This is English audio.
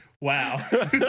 Wow